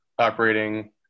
operating